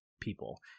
people